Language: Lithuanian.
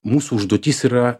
mūsų užduotis yra